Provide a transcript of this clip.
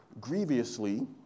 grievously